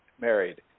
married